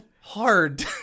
hard